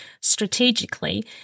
strategically